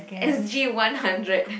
S_G one hundred